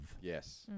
Yes